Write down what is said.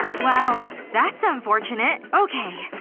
well, that's unfortunate. okay,